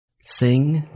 Sing